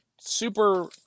super